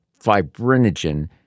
fibrinogen